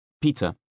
Peter